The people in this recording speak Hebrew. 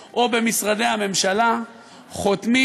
וחשוב מאוד שהדברים האלה יישמעו, חבר הכנסת מרגי.